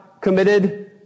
committed